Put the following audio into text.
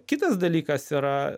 kitas dalykas yra